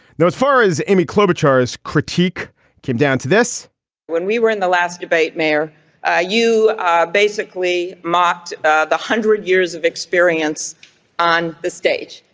no as far as amy klobuchar, his critique came down to this when we were in the last debate where ah you basically mocked ah the hundred years of experience on the stage.